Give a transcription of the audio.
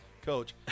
coach